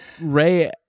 Ray